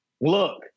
Look